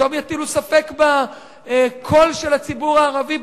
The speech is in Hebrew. פתאום יטילו ספק בקול של הציבור הערבי,